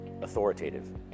Authoritative